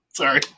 Sorry